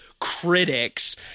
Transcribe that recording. critics